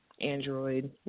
Android